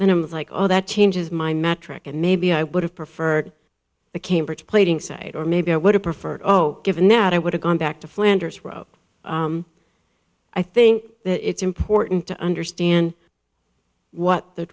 and i'm like oh that changes my metric and maybe i would have preferred the cambridge plating site or maybe i would have preferred oh given that i would have gone back to flanders row i think it's important to understand what the